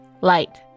Light